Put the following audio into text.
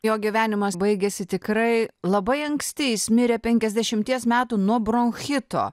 jo gyvenimas baigiasi tikrai labai anksti jis mirė penkiasdešimties metų nuo bronchito